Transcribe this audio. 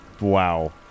wow